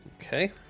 okay